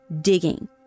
digging